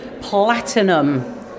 Platinum